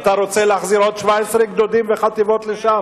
אתה רוצה להחזיר עוד 17 גדודים וחטיבות לשם?